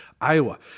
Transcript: Iowa